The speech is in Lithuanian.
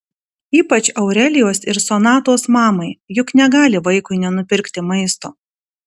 ypač aurelijos ir sonatos mamai juk negali vaikui nenupirkti maisto